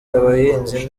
abahinzi